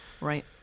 Right